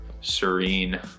serene